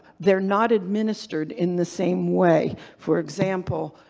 they're not administered in the same way for example,